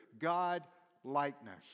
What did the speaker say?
God-likeness